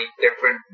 different